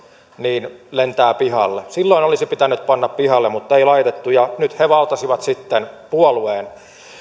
niin lentää pihalle olisi pitänyt panna pihalle mutta ei laitettu ja nyt he valtasivat sitten puolueen